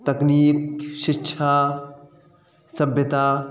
तकनीकी शिक्षा सभ्यता